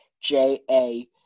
J-A